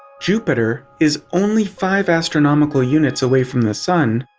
jupiter is only five astronomical units away from the sun,